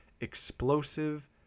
explosive